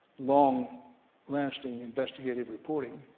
but um long-lasting investigative reporting,